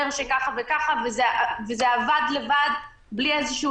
שככה וככה וזה עבד לבד בלי איזה שהוא